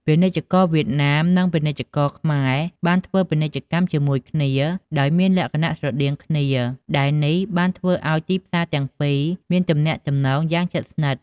ពាណិជ្ជករវៀតណាមនិងពាណិជ្ជករខ្មែរបានធ្វើពាណិជ្ជកម្មជាមួយគ្នាដោយមានលក្ខណៈស្រដៀងគ្នា ដែលនេះបានធ្វើឱ្យទីផ្សារទាំងពីរមានទំនាក់ទំនងយ៉ាងជិតស្និទ្ធ។